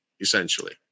essentially